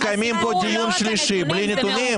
אנחנו מקיימים פה דיון שלישי בלי נתונים.